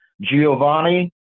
Giovanni